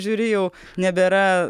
žiūri jau nebėra